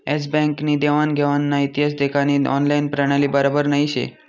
S Bank नी देवान घेवानना इतिहास देखानी ऑनलाईन प्रणाली बराबर नही शे